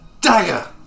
dagger